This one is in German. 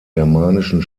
germanischen